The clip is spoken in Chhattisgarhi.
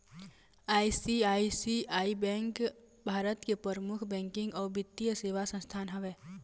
आई.सी.आई.सी.आई बेंक भारत के परमुख बैकिंग अउ बित्तीय सेवा संस्थान हवय